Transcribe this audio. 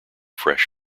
fresh